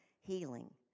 healing